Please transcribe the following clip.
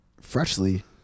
Freshly